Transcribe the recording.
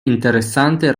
interessante